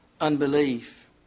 unbelief